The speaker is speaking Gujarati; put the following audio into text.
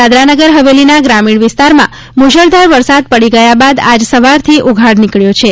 દાદરાનગર હવેલીના ગ્રામીજ઼ વિસ્તારમાં મૂશળધાર વરસાદ પડી ગયા બાદ આજ સવારથી ઉઘાડ નીકળ્યો છે